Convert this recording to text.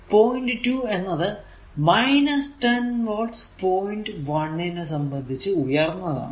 point 2 എന്നത് 10 volt point 1 സംബന്ധിച്ചു ഉയർന്നതാണ്